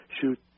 shoot